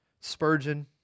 Spurgeon